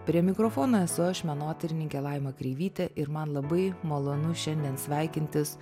prie mikrofono esu aš menotyrininkė laima kreivytė ir man labai malonu šiandien sveikintis